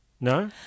No